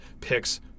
picks